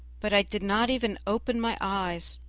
but i did not even open my eyes